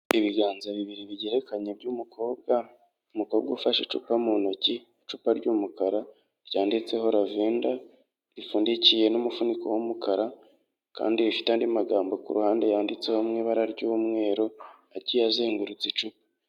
Ibiganza bibiri bigerekanye by'umukobwa, umukobwa ufashe icupa mu ntoki, icupa ry'umukara ryanditseho lavender, rifundikiye n'umufuniko w'umukara kandi rifite andi magambo ku ruhande yanditseho mu ibara ry'umweru, agiye azengurutse icupa.